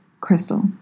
Crystal